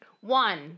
One